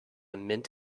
mint